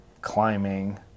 climbing